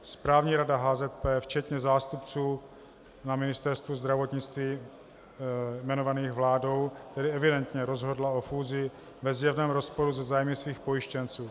Správní rada HZP včetně zástupců na Ministerstvu zdravotnictví jmenovaných vládou tedy evidentně rozhodla o fúzi ve zjevném rozporu se zájmy svých pojištěnců.